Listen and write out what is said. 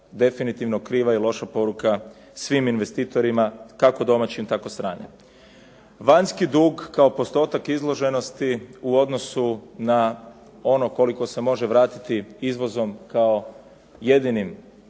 definitivno kriva i loša poruka svim investitorima kako domaćim tako i stranim. Vanjski dug kao postotak izloženosti u odnosu na ono koliko se može vratiti izvozom kao jedinim